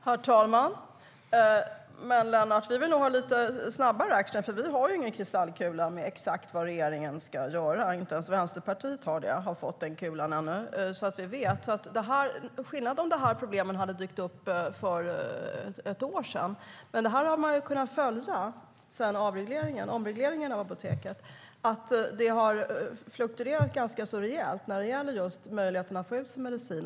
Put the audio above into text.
Herr talman! Men vi vill nog ha lite snabbare action, Lennart Axelsson, för vi har ingen kristallkula som säger exakt vad regeringen ska göra. Inte ens Vänsterpartiet har fått en sådan ännu. Det vore skillnad om de här problemen hade dykt upp för ett år sedan, men vi har sedan omregleringen av Apoteket kunnat se hur det har fluktuerat ganska så rejält när det gäller just möjligheten att få ut sin medicin.